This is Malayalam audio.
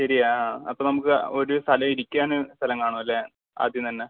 ശരിയാണ് ആ അപ്പോൾ നമുക്ക് ഒരു സ്ഥലം ഇരിക്കാൻ ഒരു സ്ഥലം കാണുമല്ലേ ആദ്യം തന്നെ